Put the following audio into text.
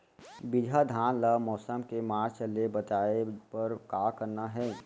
बिजहा धान ला मौसम के मार्च ले बचाए बर का करना है?